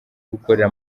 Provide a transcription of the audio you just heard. gukorera